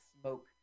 smoke